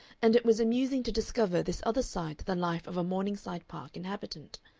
and it was amusing to discover this other side to the life of a morningside park inhabitant.